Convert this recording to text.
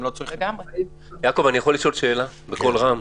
שר הבריאות.